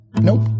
Nope